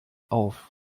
auf